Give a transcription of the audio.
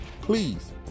Please